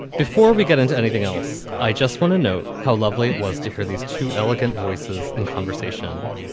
before we get into anything else, i just want to note how lovely it was to hear these two elegant voices in conversation.